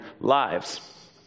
lives